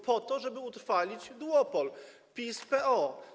Po to, żeby utrwalić duopol PiS-PO.